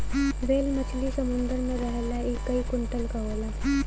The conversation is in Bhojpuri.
ह्वेल मछरी समुंदर में रहला इ कई कुंटल क होला